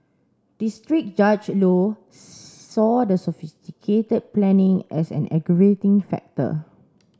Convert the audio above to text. district Judge Low saw the sophisticated planning as an aggravating factor